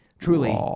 Truly